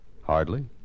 Hardly